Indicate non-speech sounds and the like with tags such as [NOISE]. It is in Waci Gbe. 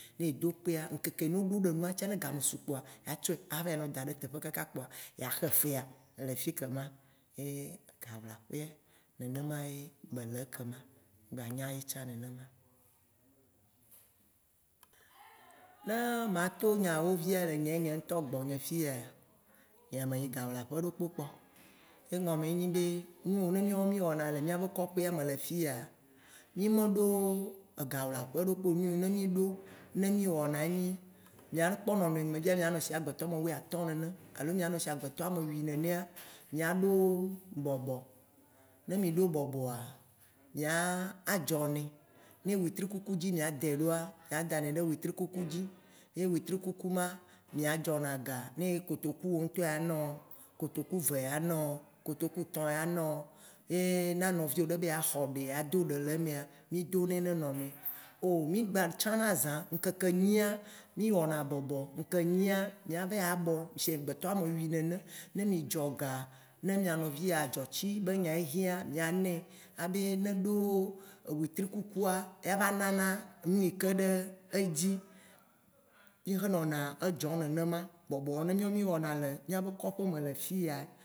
[HESITATION] ne edo kpea, ŋkeke yi ne woɖo ɖe nua ŋtia ne game su kpoa, atsɔe ava yi nɔ daɖe eteƒe kaka kpoa ya xe fea le fike ma le gawlaƒea, nenema be le ye ke ma, mgba nya ye tsã nenema Ne ma to nyawo via le yne ŋtɔ gbɔ nye fiya, nye meyi ga wlaƒe ɖokpo kpɔ. Egɔme ye nye be, nu yi ne mìɔ mì wɔna le mìabe kɔƒea me le fi ya, mì me ɖo gawlaƒe ɖopko, nu yi ne mì ɖo ne mì wɔna, ye nyi: mìakpɔ nɔnɔe mìanɔ sigbe agbetɔ ame wuiatɔ̃ nene, alo mìa nɔ sigbe agbetɔ amewui nenea, mìaɖo bɔbɔ, ne mì ɖo bɔbɔa, mia adzɔnɛ, ne wetrikuku dzi mìa dɛ ɖoa, mia danɛ ɖe wetrikuku dzi. Ye wetrikuku ma, mìa dzɔna ga. Ne kotoku wo ŋtɔ ya na o, ne kotoku eve ya ana o, kotoku tɔ̃ ya na o. Ye ne nɔviwo ɖe be yea xɔ ɖe, ado ɖe le emea, mì donɛ ne nɔnɔewo. Mì gba tsãna azã, ŋkeke nyia mì wɔna bɔbɔ, ŋke nyia mìa va yi abɔ, sie gbetɔ ame wui nene, ne mì dzɔ ga, ne mìa nɔvi ya, adzɔtsi be nya ye hiea, mia nɛ, abe ne ɖo wetri kukua, ya va nana nu yi ke ɖe edzi. Mì xe nɔna edzɔm nenema. Bɔbɔwo ne mìɔ mì wɔna le mìabe kɔƒe me le fiya.